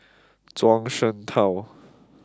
Zhuang Shengtao